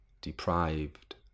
deprived